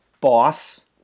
Boss